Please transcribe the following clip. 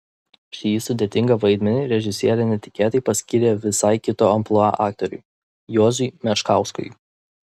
šį sudėtingą vaidmenį režisierė netikėtai paskyrė visai kito amplua aktoriui juozui meškauskui